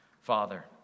Father